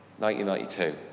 1992